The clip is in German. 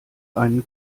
einen